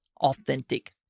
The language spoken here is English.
authentic